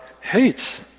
hates